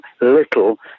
little